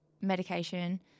medication